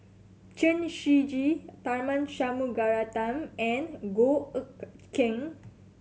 Chen Shiji Tharman Shanmugaratnam and Goh Eck Kheng